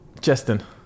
Justin